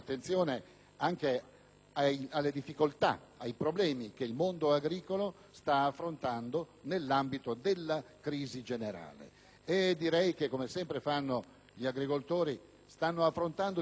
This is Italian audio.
alle difficoltà e ai problemi che il mondo agricolo sta affrontando nell'ambito della crisi generale. Gli agricoltori, come sempre fanno, stanno affrontando difficoltà forse più grandi